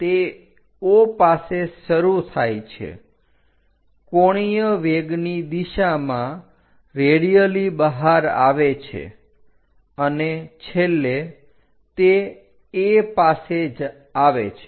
તે O પાસે શરૂ થાય છે કોણીય વેગની દિશામાં રેડિયલી બહાર આવે છે અને છેલ્લે તે A પાસે આવે છે